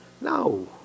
No